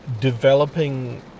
developing